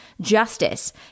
justice